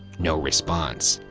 no response.